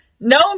Known